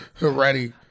Ready